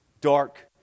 dark